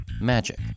magic